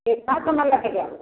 कितना समय लगेगा